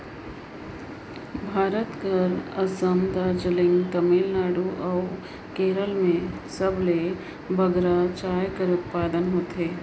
भारत कर असम, दार्जिलिंग, तमिलनाडु अउ केरल में सबले बगरा चाय कर उत्पादन होथे